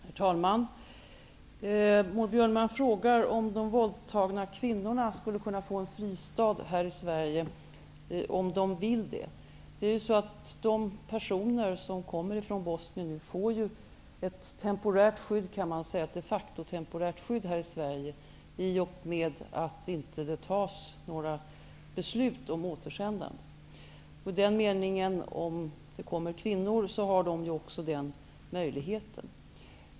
Herr talman! Maud Björnemalm frågar om de våldtagna kvinnorna skulle kunna få en fristad här i Sverige om de vill det. De personer som nu kom mer från Bosnien får ju de facto ett temporärt skydd här i Sverige i och med att det inte fattas några beslut om återsändande. Om det kommer kvinnor har de i den meningen också denna möj lighet.